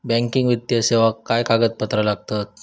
Banking वित्तीय सेवाक काय कागदपत्र लागतत?